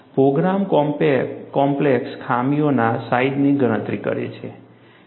programme complex ખામીના સાઈજની ગણતરી કરે છે